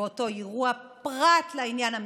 באותו אירוע פרט לעניין המשטרתי.